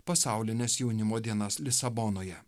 pasaulines jaunimo dienas lisabonoje